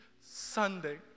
Sunday